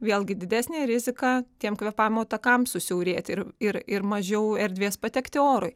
vėlgi didesnė rizika tiem kvėpavimo takam susiaurėti ir ir ir mažiau erdvės patekti orui